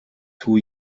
two